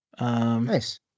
Nice